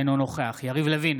אינו נוכח יריב לוין,